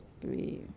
three